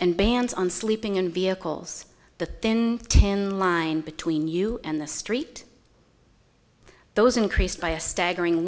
and bans on sleeping in vehicles the thin thin line between you and the street those increased by a staggering